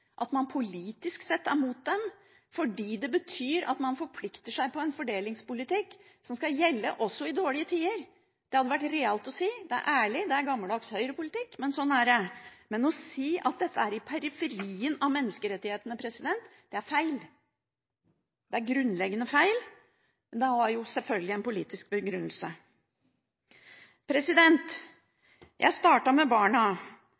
at man politisk sett er mot dem fordi det betyr at man forplikter seg til en fordelingspolitikk som skal gjelde også i dårlige tider. Det hadde vært realt å si: Det er ærlig, det er gammeldags Høyre-politikk, men sånn er det. Men å si at dette er i periferien av menneskerettighetene, er feil. Det er grunnleggende feil, men det har sjølsagt en politisk begrunnelse. Jeg startet med barna,